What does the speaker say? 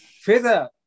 Feather